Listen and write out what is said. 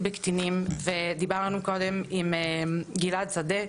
בקטינים ודיברנו קודם עם גלעד שדה,